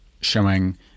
showing